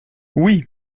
oui